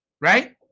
right